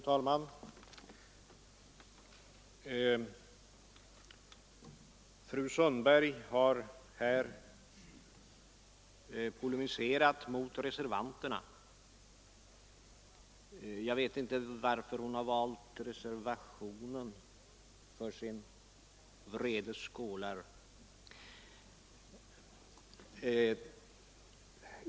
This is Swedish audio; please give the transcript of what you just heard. Fru talman! Fru Sundberg har polemiserat mot reservanterna. Jag vet inte varför hon valt reservationen som mål för sin vredes skålar.